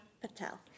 Patel